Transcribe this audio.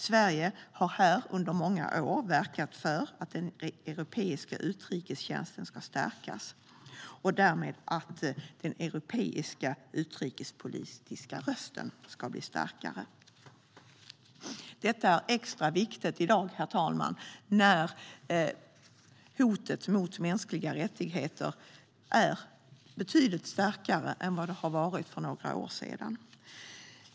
Sverige har här under många år verkat för att den europeiska utrikestjänsten ska stärkas och för att den europeiska utrikespolitiska rösten därmed ska bli starkare. Herr talman! Detta är extra viktigt i dag när hotet mot mänskliga rättigheter är betydligt större än det var för några år sedan.